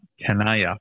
Kanaya